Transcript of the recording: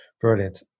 Brilliant